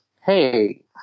hey